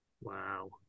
Wow